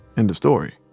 end of story